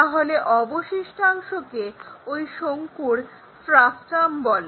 তাহলে অবশিষ্টাংশকে ওই শঙ্কুর ফ্রাস্টাম বলে